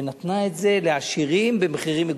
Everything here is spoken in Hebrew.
ונתנה את זה לעשירים במחירים מגוחכים.